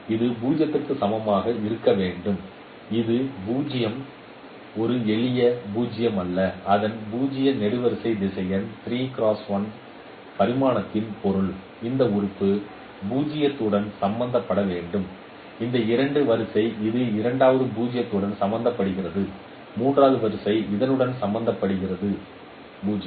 இது 0 க்கு சமமாக இருக்க வேண்டும் இது 0 ஒரு எளிய 0 அல்ல அதன் 0 நெடுவரிசை திசையன் பரிமாணத்தின் பொருள் இந்த உறுப்பு 0 உடன் சமப்படுத்தப்பட வேண்டும் இந்த இரண்டாவது வரிசை இது இரண்டாவது 0 உடன் சமப்படுத்தப்படுகிறது மூன்றாவது வரிசை இதனுடன் சமப்படுத்தப்படுகிறது 0